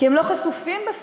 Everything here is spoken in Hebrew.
כי הם לא חשופים בפנינו,